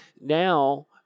Now